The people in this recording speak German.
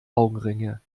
augenringe